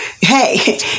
hey